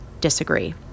disagree